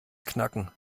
knacken